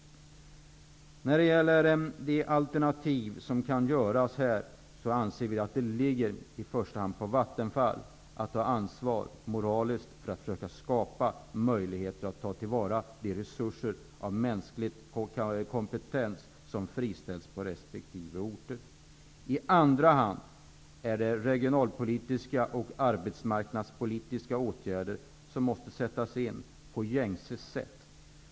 När det gäller de alternativ som kan komma i fråga i detta sammanhang, anser vi att ansvaret i första hand ligger på Vattenfall. Det är Vattenfall som moraliskt skall ta ansvar för att försöka skapa möjligheter att ta till vara de resurser av mänsklig kompetens som friställs på resp. orter. I andra hand är det regionalpolitiska och arbetsmarknadspolitiska åtgärder som måste vidtas på gängse sätt.